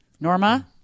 Norma